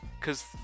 cause